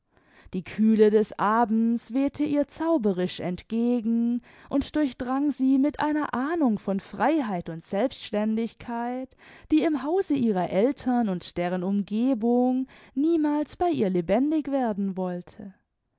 die kühle des abends wehte ihr zauberisch entgegen und durchdrang sie mit einer ahnung von freiheit und selbstständigkeit die im hause ihrer eltern und deren umgebung niemals bei ihr lebendig werden wollte